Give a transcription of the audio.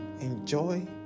Enjoy